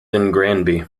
granby